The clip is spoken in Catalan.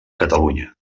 catalunya